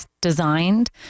designed